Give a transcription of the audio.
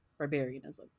barbarianism